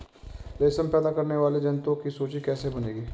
रेशम पैदा करने वाले जंतुओं की सूची कैसे बनेगी?